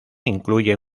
incluye